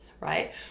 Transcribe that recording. right